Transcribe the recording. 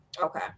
Okay